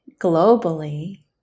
globally